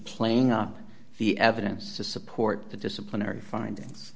playing up the evidence to support the disciplinary findings